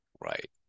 Right